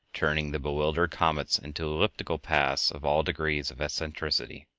turning the bewildered comets into elliptical paths of all degrees of eccentricity.